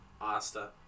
Asta